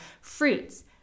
fruits